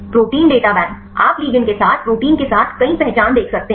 protein data bank आप ligand के साथ प्रोटीन के साथ कई पहचान देख सकते हैं